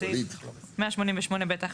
בסעיף 188)ב()1(,